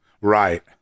right